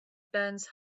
burns